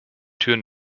türen